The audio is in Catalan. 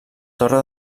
torre